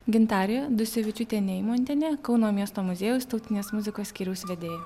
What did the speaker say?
gintarė dusevičiūtė neimontienė kauno miesto muziejaus tautinės muzikos skyriaus vedėja